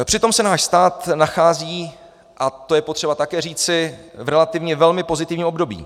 Přitom se náš stát nachází, a to je potřeba také říci, v relativně velmi pozitivním období.